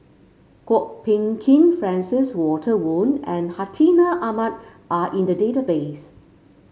Kwok Peng Kin Francis Walter Woon and Hartinah Ahmad are in the database